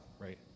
right